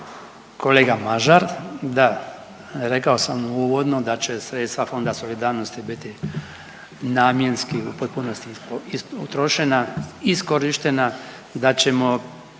Kolega Mažar, da rekao sam uvodno da će sredstva Fonda solidarnosti biti namjenski u potpunosti utrošena i iskorištena, da ćemo